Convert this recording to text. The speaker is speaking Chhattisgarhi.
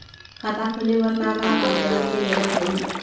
खाता खोले बर का का कागजात के जरूरत पड़ही?